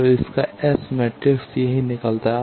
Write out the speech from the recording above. तो इसका S matrix यही निकलता है